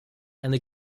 eine